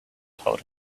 told